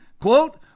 quote